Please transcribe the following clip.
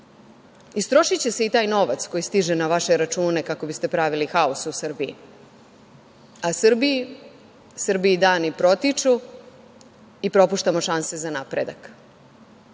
logike. Istrošiće se i taj novac koji stiže na vaše račune kako biste pravili haos u Srbiji, a Srbiji dani protiču i propuštamo šanse za napredak.